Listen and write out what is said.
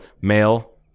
male